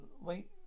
wait